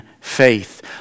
faith